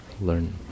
Learn